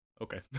Okay